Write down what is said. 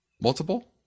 multiple